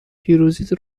پیروزیت